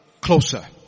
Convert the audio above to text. closer